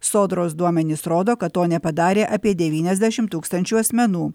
sodros duomenys rodo kad to nepadarė apie devyniasdešimt tūkstančių asmenų